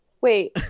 Wait